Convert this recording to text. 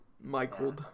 Michael